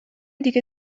دیگه